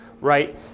right